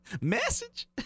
Message